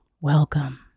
Welcome